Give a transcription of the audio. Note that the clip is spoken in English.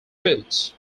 foods